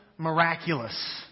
Miraculous